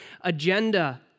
agenda